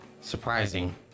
surprising